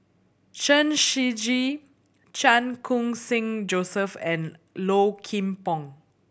Chen Shiji Chan Khun Sing Joseph and Low Kim Pong